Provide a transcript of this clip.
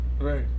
Right